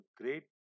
great